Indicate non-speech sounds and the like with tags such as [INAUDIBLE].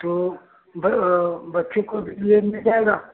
तो बच्चे को भी [UNINTELLIGIBLE] मिल जाएगा